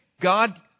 God